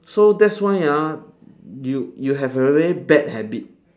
so that's why ah you you have a very bad habit